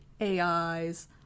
AIs